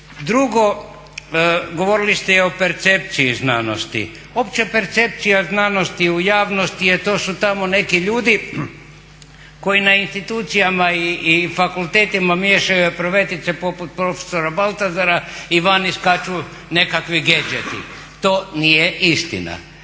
Drugo, govorili ste i o percepciji znanosti. Opća percepcija znanosti u javnosti je to su tamo neki ljudi koji na institucijama i fakultetima miješaju epruvetice poput prof. Baltazara i van iskaču nekakvi gadgeti. To nije istina.